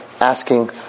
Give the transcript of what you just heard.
asking